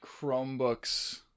Chromebooks